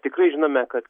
tikrai žinome kad